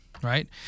Right